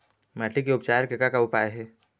माटी के उपचार के का का उपाय हे?